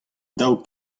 dav